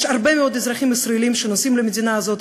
יש הרבה מאוד אזרחים ישראלים שנוסעים למדינה הזאת,